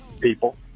People